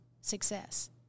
success